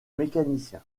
mécanicien